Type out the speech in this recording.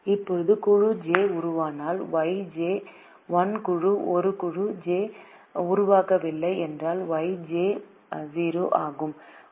இப்போது குழு j உருவானால் Yj 1 குழு j உருவாகவில்லை என்றால் Yj 0 ஆகும்